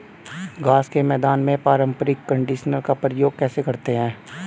घास के मैदान में पारंपरिक कंडीशनर का प्रयोग कैसे करते हैं?